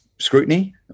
scrutiny